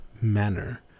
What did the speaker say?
manner